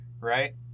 right